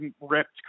ripped